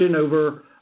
over